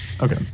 Okay